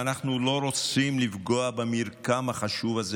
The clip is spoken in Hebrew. ואנחנו לא רוצים לפגוע במרקם החשוב הזה.